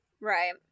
Right